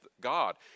God